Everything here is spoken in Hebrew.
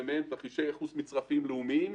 ומהם תרחישי ייחוס מצרפיים לאומיים.